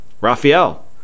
Raphael